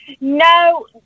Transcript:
no